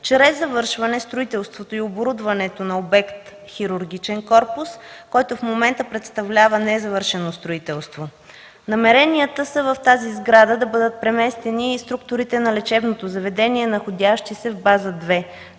чрез завършване на строителството и оборудването на обект „Хирургичен корпус”, който в момента представлява незавършено строителство. Намеренията са в тази сграда да бъдат преместени и структурите на лечебното заведение, находящи се в База 2.